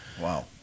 Wow